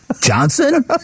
Johnson